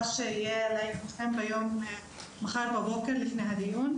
שיהיה לעיונכם מחר בבוקר לפני הדיון,